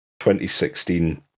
2016